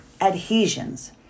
adhesions